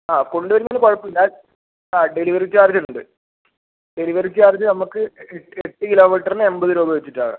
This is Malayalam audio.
ആ കൊണ്ട് വരുന്നതിന് കുഴപ്പമില്ല ആ ഡെലിവെറി ചാർജ് ഉണ്ട് ഡെലിവെറി ചാർജ് നമുക്ക് എട്ട് കിലോമീറ്ററിന് എൺപത് രൂപ വെച്ചിട്ടാണ്